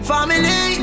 Family